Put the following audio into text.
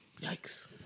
Yikes